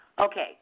Okay